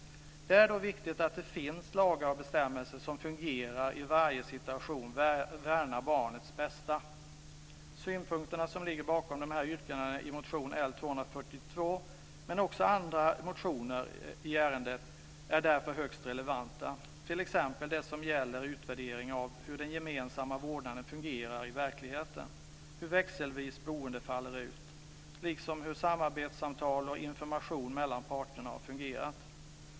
Det är då viktigt att det finns lagar och bestämmelser som fungerar och i varje situation värnar barnets bästa. De synpunkter som ligger bakom yrkandena i motion L242, men också bakom yrkandena i andra motioner, är därför högst relevanta. Det gäller t.ex. utvärdering av hur den gemensamma vårdnaden fungerar i verkligheten, hur växelvis boende faller ut och hur samarbetssamtal och information mellan parterna har fungerat.